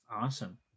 awesome